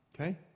Okay